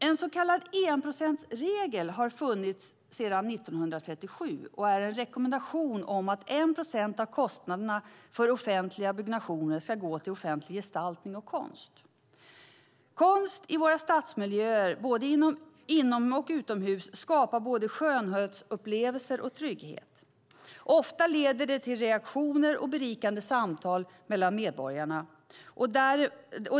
En så kallad enprocentsregel har funnits sedan 1937 och är en rekommendation om att 1 procent av kostnaderna för offentliga byggnationer ska gå till offentlig gestaltning och konst. Konst i våra stadsmiljöer, både inom och utomhus, skapar både skönhetsupplevelser och trygghet. Ofta leder den till reaktioner och berikande samtal mellan medborgarna.